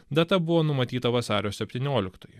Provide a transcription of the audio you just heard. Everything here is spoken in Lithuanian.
data buvo numatyta vasario septynioliktoj